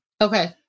Okay